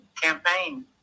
campaign